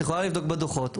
את יכולה לבדוק בדוחות,